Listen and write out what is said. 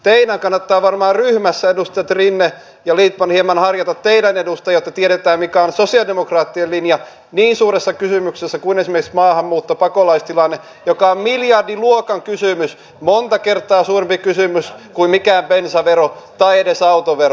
teidän kannattaa varmaan ryhmässä edustajat rinne ja lindtman hieman harjata teidän edustajianne että tiedetään mikä on sosialidemokraattien linja niin suuressa kysymyksessä kuin esimerkiksi maahanmuutto pakolaistilanne joka on miljardiluokan kysymys monta kertaa suurempi kysymys kuin mikään bensavero tai edes autovero